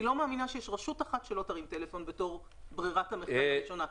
אני לא מאמינה שיש רשות אחת שלא תרים טלפון בתור ברירת המחדל הראשונה.